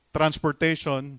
transportation